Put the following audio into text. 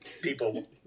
people